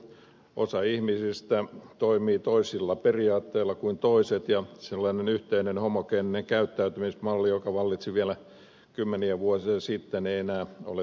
osa ihmisistä toimii toisilla periaatteilla kuin toiset ja sellainen yhteinen homogeeninen käyttäytymismalli joka vallitsi vielä kymmeniä vuosia sitten ei enää ole tätä päivää